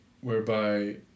whereby